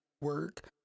work